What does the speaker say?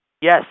Yes